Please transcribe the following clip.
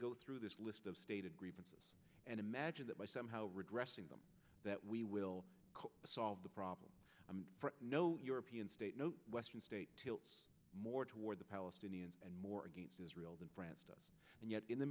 go through this list of stated grievances and imagine that by somehow regressing them that we will solve the problem no european state no western state tilts more toward the palestinians and more against israel than france to us and yet in the